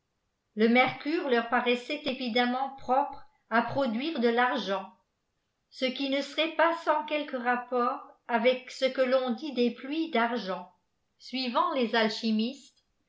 le mercure içur parâîifesait évidenitnent profère à produire de l'argent ce qui ne seî ait pas sans quelque rapport avec ce que l'on dit'des pâuies d'argent suivant les alchimistes